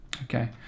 Okay